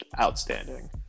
outstanding